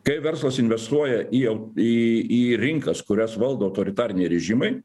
kai verslas investuoja į į į rinkas kurias valdo autoritariniai režimai